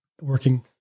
working